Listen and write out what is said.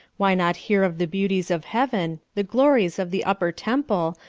why not hear of the beauties of heaven, the glories of the upper temple,